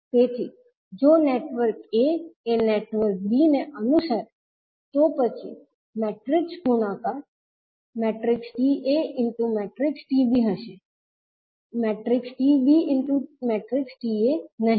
તેથી જો network a એ નેટવર્ક b ને અનુસરે તો પછી મેટ્રિક્સ ગુણાકાર 𝐓𝒂 𝐓𝒃 હશે 𝐓𝒃 𝐓𝒂 નહીં